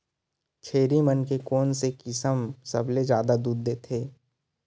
छेरी मन के कोन से किसम सबले जादा दूध देथे?